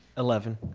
eleven.